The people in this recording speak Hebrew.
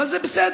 אבל זה בסדר.